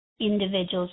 individuals